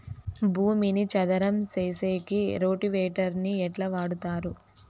భూమిని చదరం సేసేకి రోటివేటర్ ని ఎట్లా వాడుతారు?